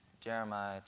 Jeremiah